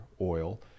oil